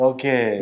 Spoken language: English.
Okay